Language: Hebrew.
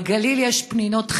בגליל יש פינות חמד,